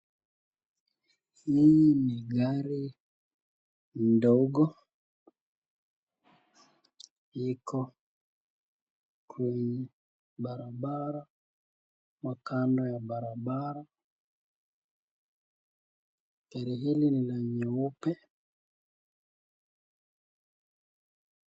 Hili ni gari ndogo iko kwenye barabara ama kando ya barabara gari hili ni la nyeupe.